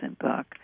book